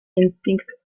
instynkt